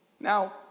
Now